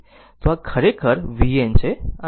તો આ ખરેખર vn છે અને આ Vs છે